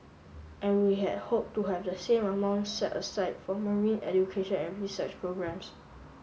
and we had hoped to have the same amount set aside for marine education and research programmes